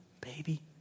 baby